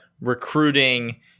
recruiting